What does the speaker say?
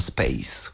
Space